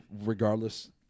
regardless